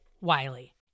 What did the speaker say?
Wiley